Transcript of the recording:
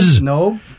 No